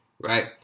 right